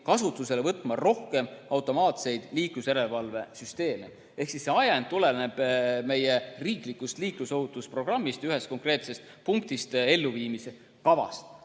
kasutusele võtma rohkem automaatseid liiklusjärelevalve seadmeid." Ehk see ajend tuleneb meie riiklikust liiklusohutusprogrammist, ühest konkreetsest punktist selle elluviimise kavas.